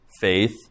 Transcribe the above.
faith